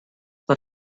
per